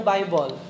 Bible